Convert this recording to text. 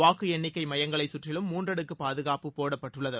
வாக்கு எண்ணிக்கை மையங்களைச் கற்றிலும் மூன்றடுக்கு பாதுகாப்பு போடப்பட்டுள்ளது